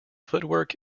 footwork